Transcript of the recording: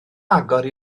agor